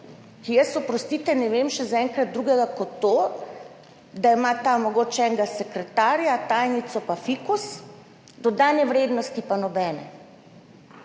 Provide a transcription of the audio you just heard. jaz, oprostite, zaenkrat ne vem še drugega kot to, da ima ta mogoče enega sekretarja, tajnico pa fikus, dodane vrednosti pa nobene.